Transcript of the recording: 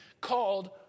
called